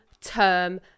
term